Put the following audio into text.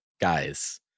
guys